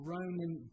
Roman